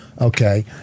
Okay